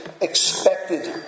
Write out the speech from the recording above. expected